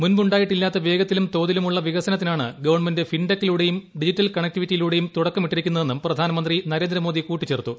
മുൻപുണ്ടായിട്ടില്ലാത്ത തോതിലുമുള്ള വികസനത്തിനാണ് വേഗത്തിലും ഫിൻടെക്കിലൂടെയും government digital കണക്റ്റിവിറ്റിയിലൂടെയും തുടക്കമിട്ടിരിക്കുന്നതെന്നും പ്രധാനമന്ത്രി നരേന്ദ്രമോദി കൂട്ടിച്ചേർത്തു